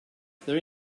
there